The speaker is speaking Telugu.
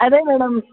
అదే మ్యాడమ్